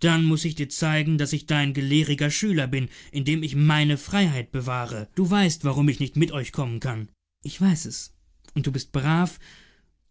dann muß ich dir zeigen daß ich dein gelehriger schüler bin indem ich meine freiheit bewahre du weißt warum ich nicht mit euch kommen kann ich weiß es und du bist brav